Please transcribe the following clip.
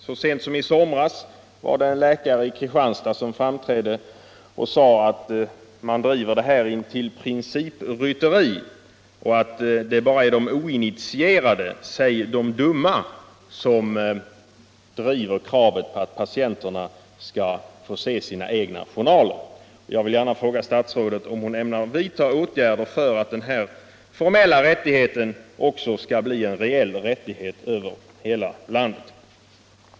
Så sent som i somras sade en läkare i Kristianstad att man driver detta intill principrytteri och att det bara är ”de oinitierade” — säg de dumma! - som driver kravet att patienterna skall få se sina egna journaler. Jag vill gärna fråga statsrådet om hon ämnar vidta åtgärder för att denna formella rättighet också skall bli en reell rättighet över hela landet.